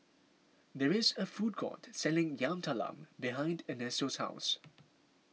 there is a food court selling Yam Talam behind Ernesto's house